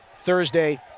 Thursday